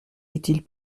utile